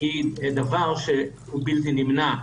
היא דבר שהוא בלתי נמנע,